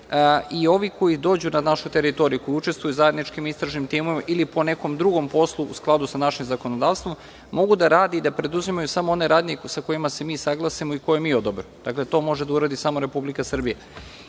i ovi koji dođu na našu teritoriju, koji učestvuju u zajedničkim istražnim timovima ili po nekom drugom poslu u skladu sa našim zakonodavstvom mogu da rade i da preduzimaju samo one radnje sa kojima se mi saglasimo i koje mi odobrimo. Dakle, to može da uradi samo Republika Srbija.